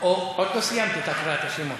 עוד לא סיימתי את הקראת השמות.